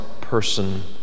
person